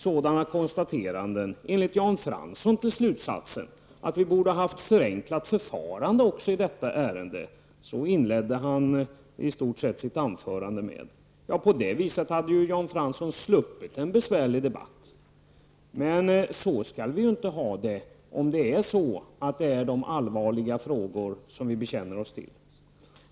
Sådana konstateranden leder dock, enligt Jan Fransson, till slutsatsen att det borde ha varit ett förenklat förfarande också i detta ärende. I stort sett kan man säga att det var vad han inledde sitt anförande med att säga. Ja, på det viset hade Jan Fransson sluppit en besvärlig debatt. Men så skall det inte vara om det handlar om så allvarliga frågor som vi bekänner oss till.